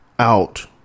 out